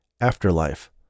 Afterlife